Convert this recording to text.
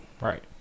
Right